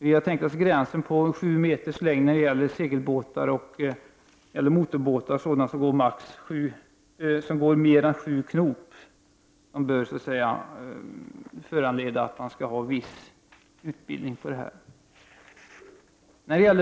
Vi har tänkt oss att det för segelbåtar över sju meters längd och motorbåtar som gör mer än sju knop bör krävas viss utbildning.